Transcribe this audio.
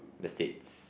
the states